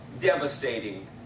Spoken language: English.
devastating